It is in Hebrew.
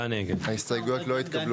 הצבעה בעד 3 נגד 4 ההסתייגות לא התקבלו.